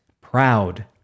proud